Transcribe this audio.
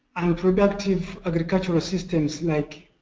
unproductive agricultural systems like